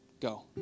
go